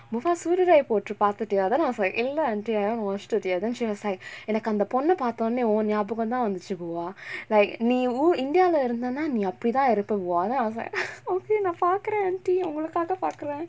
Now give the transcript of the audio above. mufas sooraraipotru பாத்துட்டியா:paathuttiyaa then I was like இல்ல:illa aunty I haven't watched it yet then she was like எனக்கு அந்த பொண்ண பாத்தோனே:enakku antha ponna paathonae oh வந்துச்சு:vanthuchu buva like நீ:nee uw~ india lah இருந்தனா நீ அப்புடித்தா இருப்ப:irunthanaa nee appudithaa iruppa what then I was like okay நா பாக்குர:naa paakkura auntie ஒங்களுக்கா பாக்குர:ongalukkaa paakkura